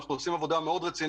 אנחנו משקיעים רבות בסימון